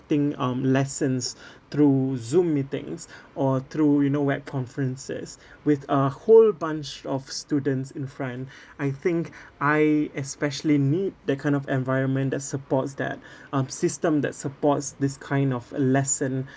um lessons through zoom meetings or through you know web conferences with a whole bunch of students in front I think I especially need that kind of environment that supports that um system that supports this kind of a lesson